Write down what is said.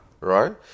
right